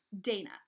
Dana